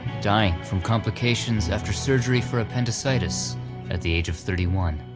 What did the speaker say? dying from complications after surgery for appendicitis at the age of thirty one.